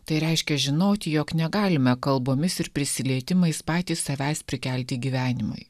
tai reiškia žinoti jog negalime kalbomis ir prisilietimais patys savęs prikelti gyvenimui